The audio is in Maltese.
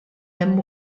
hemm